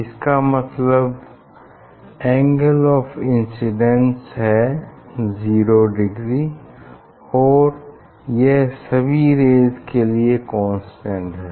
इसका मतलब angle of incidence है जीरो डिग्री और यह सभी रेज़ के लिए कांस्टेंट है